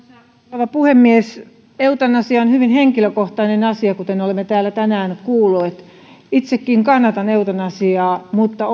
rouva puhemies eutanasia on hyvin henkilökohtainen asia kuten olemme täällä tänään kuulleet itsekin kannatan eutanasiaa mutta